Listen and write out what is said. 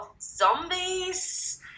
zombies